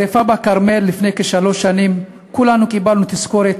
בשרפה בכרמל לפני כשלוש שנים כולנו קיבלנו תזכורת